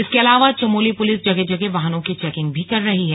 इसके अलावा चमोली पुलिस जगह जगह वाहनों की चेकिंग भी कर रही है